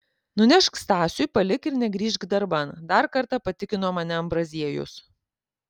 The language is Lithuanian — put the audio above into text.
nunešk stasiui palik ir negrįžk darban dar kartą patikino mane ambraziejus